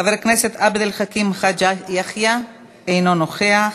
חבר הכנסת עבד אל חכים חאג' יחיא, אינו נוכח,